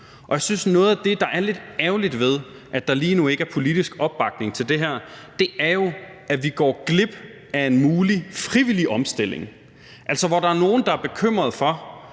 Og jeg synes, at noget af det, der er lidt ærgerligt ved, at der lige nu ikke er politisk opbakning til det her, er, at vi går glip af en mulig frivillig omstilling. Hvor der er nogle, der er bekymrede for,